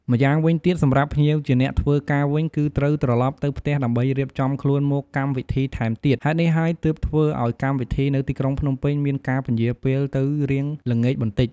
ម្យ៉ាងវិញទៀត សម្រាប់ភ្ញៀវជាអ្នកធ្វើការវិញ គឺត្រូវត្រឡប់ទៅផ្ទះដើម្បីរៀបចំខ្លួនមកកម្មវិធីថែមទៀត ហេតុនេះហើយទើបធ្វើឲ្យកម្មវិធីនៅទីក្រុងភ្នំពេញមានការពន្យារពេលទៅរៀងល្ងាចបន្តិច។